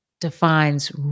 defines